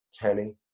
Kenny